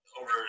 over